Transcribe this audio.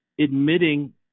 admitting